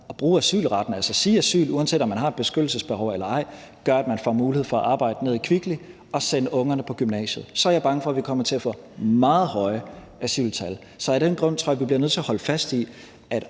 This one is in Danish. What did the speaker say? og bruge asylretten – altså søge asyl, uanset om man har et beskyttelsesbehov eller ej – gør , at man får mulighed for at arbejde nede i Kvickly og sende ungerne på gymnasiet, er jeg bange for, at vi kommer til at få meget høje asyltal. Så af den grund tror jeg, at vi bliver nødt til holde fast i,